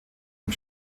dem